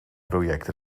project